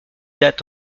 dates